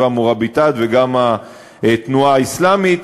וה"מוראביטאת" וגם התנועה האסלאמית,